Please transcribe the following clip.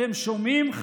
אתם שומעים,